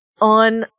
on